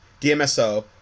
dmso